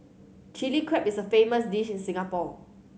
Chilli Crab is a famous dish in Singapore